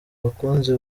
bakunzi